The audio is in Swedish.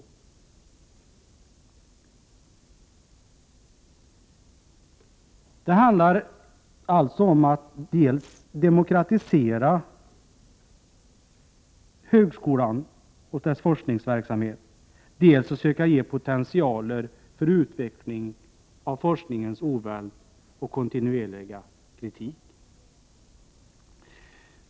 Således handlar det om att dels demokratisera högskolan och dess forskningsverksamhet, dels att söka ge potentialer för utveckling av forskningens oväld och kontinuerliga kritik.